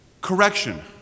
correction